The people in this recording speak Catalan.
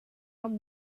amb